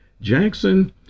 Jackson